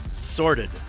Sorted